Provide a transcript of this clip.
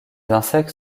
insectes